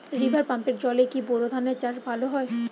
River পাম্পের জলে কি বোর ধানের চাষ ভালো হয়?